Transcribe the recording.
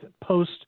post